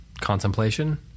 contemplation